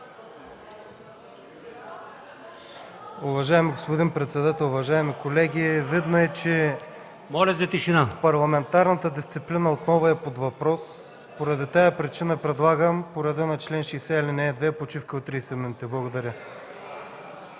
Уважаеми господин председател, уважаеми колеги! Видно е, че парламентарната дисциплина отново е под въпрос и поради тази причина предлагам по реда на чл. 60, ал. 2 почивка от 30 минути. Благодаря.